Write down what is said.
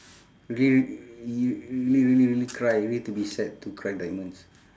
real~ really really really cry need to be sad to cry diamonds